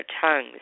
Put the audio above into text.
tongues